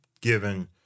given